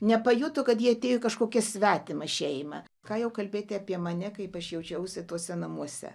nepajuto kad ji atėjo į kažkokią svetimą šeimą ką jau kalbėti apie mane kaip aš jaučiausi tuose namuose